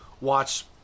watch